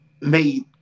made